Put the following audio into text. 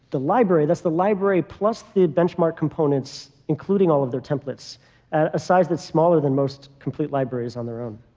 library. that's the library plus the benchmark components, including all of their templates at a size that's smaller than most complete libraries on their own.